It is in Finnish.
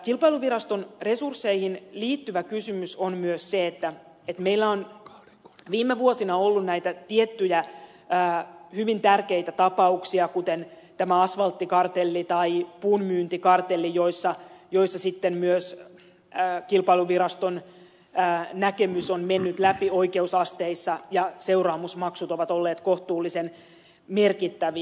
kilpailuviraston resursseihin liittyvä kysymys on myös se että meillä on viime vuosina ollut näitä tiettyjä hyvin tärkeitä tapauksia kuten asfalttikartelli tai puunmyyntikartelli joissa sitten myös kilpailuviraston näkemys on mennyt läpi oikeusasteissa ja seuraamusmaksut ovat olleet kohtuullisen merkittäviä